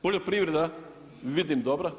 Poljoprivreda vidim dobro.